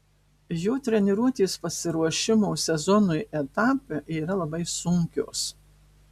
jo treniruotės pasiruošimo sezonui etape yra labai sunkios